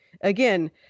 again